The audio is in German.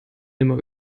nimmer